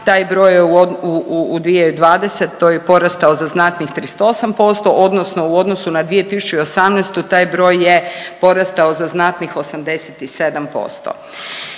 je broj u 2020. porastao za znatnih 38% odnosno u odnosu na 2018. taj broj je porastao za znatnih 87%.